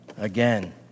again